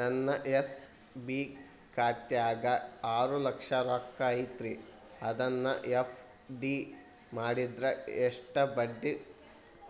ನನ್ನ ಎಸ್.ಬಿ ಖಾತ್ಯಾಗ ಆರು ಲಕ್ಷ ರೊಕ್ಕ ಐತ್ರಿ ಅದನ್ನ ಎಫ್.ಡಿ ಮಾಡಿದ್ರ ಎಷ್ಟ ಬಡ್ಡಿ